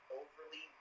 overly